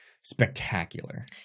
spectacular